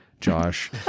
Josh